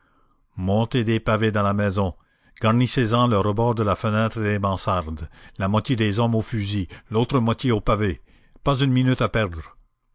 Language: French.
montez des pavés dans la maison garnissez en le rebord de la fenêtre et des mansardes la moitié des hommes aux fusils l'autre moitié aux pavés pas une minute à perdre